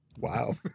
Wow